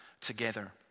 together